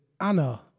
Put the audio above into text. Anna